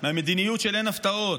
מהמדיניות של "אין הפתעות",